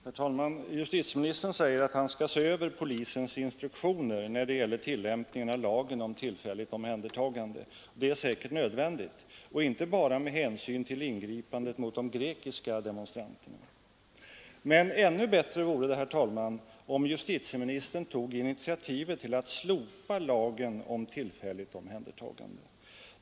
Herr talman! Justitieministern säger att han skall se över polisens instruktioner när det gäller tillämpningen av lagen om tillfälligt omhändertagande. Det är säkert nödvändigt — och inte bara med hänsyn till ingripandet mot de grekiska demonstranterna. Men ännu bättre vore det, herr talman, om justitieministern tog initiativet till att slopa lagen om tillfälligt omhändertagande.